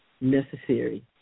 necessary